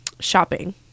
Shopping